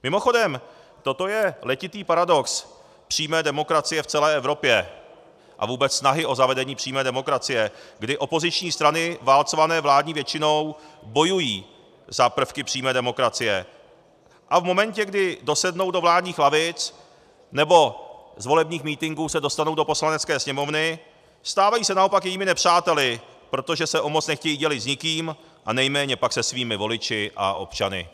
Mimochodem, toto je letitý paradox přímé demokracie v celé Evropě a vůbec snahy o zavedení přímé demokracie, kdy opoziční strany válcované vládní většinou bojují za prvky přímé demokracie a v momentě, kdy dosednou do vládních lavic nebo se z volebních mítinků dostanou do Poslanecké sněmovny, stávají se naopak jejími nepřáteli, protože se o moc nechtějí dělit s nikým a nejméně pak se svými voliči a občany.